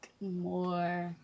more